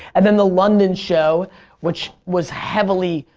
and in the london show which was heavily,